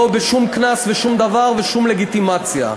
לא בשום קנס ושום דבר ושום לגיטימציה.